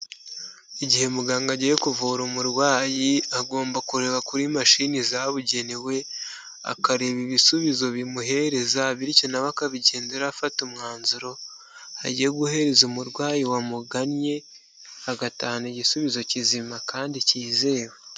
Igihe muganga agiye kuvura umurwayi, agomba kureba kuri mashini zabugenewe, akareba ibisubizo bimuhereza bityo na we akabigenderaho afata umwanzuro agiye guhereza umurwayi wamugannye, agatahana igisubizo kizima kandi cyizewe.